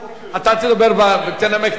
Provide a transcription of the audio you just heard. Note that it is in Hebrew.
אתה תנמק את החוק.